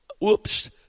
whoops